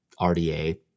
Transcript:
RDA